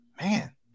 man